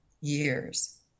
years